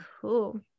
cool